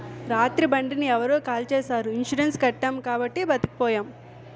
రాత్రి బండిని ఎవరో కాల్చీసారు ఇన్సూరెన్సు కట్టాము కాబట్టి బతికిపోయాము